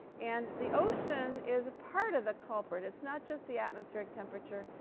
and the ocean is a part of the culprit. it's not just the atmospheric temperature,